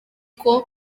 kuko